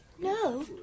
No